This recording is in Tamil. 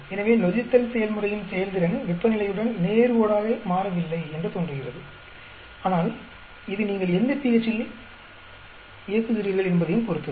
எனவே நொதித்தல் செயல்முறையின் செயல்திறன் வெப்பநிலையுடன் நேர்கோடாக மாறவில்லை என்று தோன்றுகிறது ஆனால் இது நீங்கள் எந்த pH இல் இயக்குகிறீர்கள் என்பதையும் பொறுத்தது